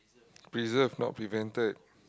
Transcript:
preserve not prevented